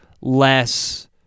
less